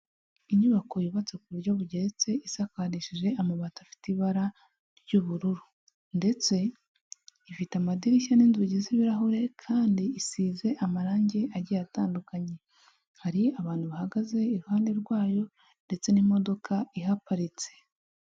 Inyubako yubatse ku buryo bugeretse, isakarishije amabati afite ibara ry'ubururu. Ndetse ifite amadirishya n'inzugi z'ibirahure kandi isize amarangi agiye atandukanye. Hari abantu bahagaze iruhande rwayo ndetse n'imodoka ihaparitse.